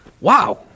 Wow